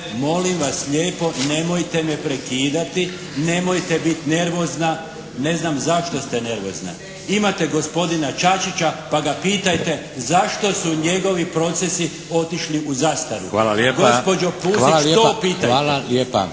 molim vas lijepo nemojte me prekidati, nemojte biti nervozna. Ne znam zašto ste nervozna. Imate gospodina Čačića pa ga pitajte zašto su njegovi procesi otišli u zastaru. Gospođo Pusić to pitajte.